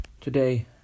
today